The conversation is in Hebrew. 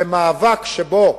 זה מאבק שבו,